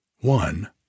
One